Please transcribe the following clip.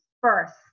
first